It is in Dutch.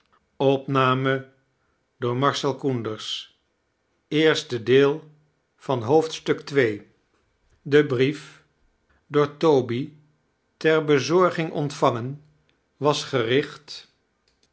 de brief door toby ter bezorging ontvangen was gericht